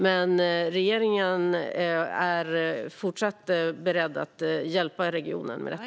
Men regeringen är fortsatt beredd att hjälpa regionen med detta.